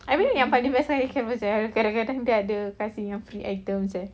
I mean yang paling biasa I carousell kadang-kadang dia ada kasih dengan free items eh